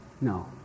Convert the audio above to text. No